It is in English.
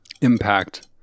impact